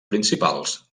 principals